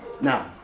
Now